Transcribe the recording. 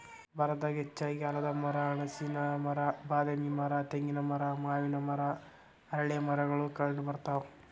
ಭಾರತದಾಗ ಹೆಚ್ಚಾಗಿ ಆಲದಮರ, ಹಲಸಿನ ಮರ, ಬಾದಾಮಿ ಮರ, ತೆಂಗಿನ ಮರ, ಮಾವಿನ ಮರ, ಅರಳೇಮರಗಳು ಕಂಡಬರ್ತಾವ